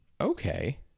okay